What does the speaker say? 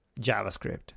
JavaScript